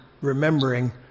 remembering